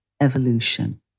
evolution